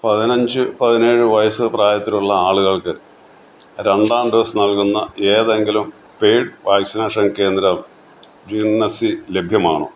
പതിനഞ്ച് പതിനേഴ് വയസ്സ് പ്രായത്തിലുള്ള ആളുകൾക്ക് രണ്ടാം ഡോസ് നൽകുന്ന ഏതെങ്കിലും പെയ്ഡ് വാക്സിനേഷൻ കേന്ദ്രം ജ്ഹന്സി ലഭ്യമാണോ